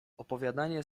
opowiadanie